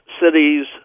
cities